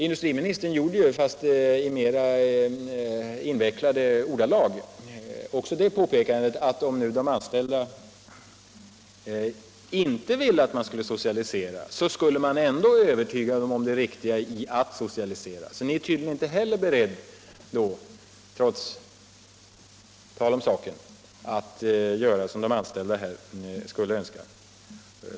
Industriministern gjorde, fastän i mera invecklade ordalag, också det påpekandet att om nu de anställda inte vill att man skall socialisera, så skall man ändå övertyga dem om det riktiga i att göra det. Alltså är ni tydligen inte heller beredd att, trots tal härom, göra som de anställda skulle önska.